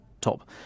top